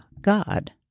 God